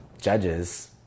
judges